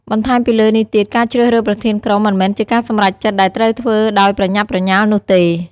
បន្ថែមពីលើនេះទៀត ការជ្រើសរើសប្រធានក្រុមមិនមែនជាការសម្រេចចិត្តដែលត្រូវធ្វើដោយប្រញាប់ប្រញាល់នោះទេ។